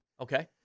Okay